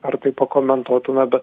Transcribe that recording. ar tai pakomentuotume bet